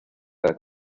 para